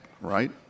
right